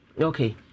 Okay